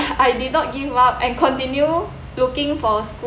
I did not give up and continue looking for